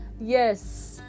yes